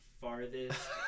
farthest